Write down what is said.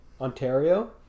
Ontario